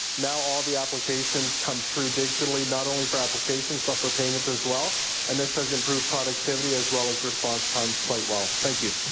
now all the applications come through digitally, not only for applications but for payments as well and this has improved productivity as well as response response times quite well. thank you.